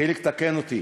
חיליק, תקן אותי.